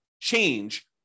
change